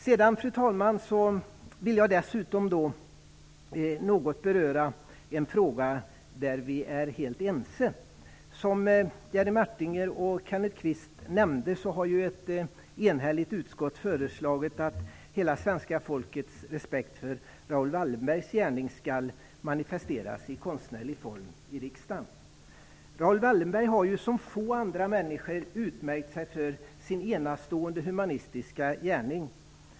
Sedan, fru talman, vill jag något beröra en fråga där vi är helt ense. Som Jerry Martinger och Kenneth Kvist nämnde har ett enigt utskott föreslagit att hela svenska folkets respekt för Raoul Wallenbergs gärning skall manifesteras i konstnärlig form i riksdagen. Raoul Wallenberg har som få andra människor utmärkt sig för sin enastående humanistiska gärning.